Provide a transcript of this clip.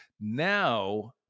Now